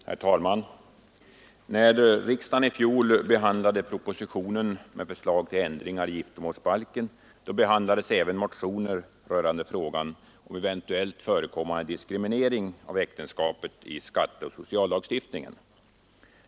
Herr talman! När riksdagen i fjol behandlade propositionen med förslag till ändring i giftermålsbalken behandlades även motioner rörande frågan om eventuellt förekommande diskriminering av äktenskapet i skatteoch sociallagstiftningen.